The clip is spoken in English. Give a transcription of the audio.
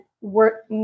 work